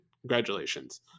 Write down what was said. Congratulations